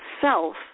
self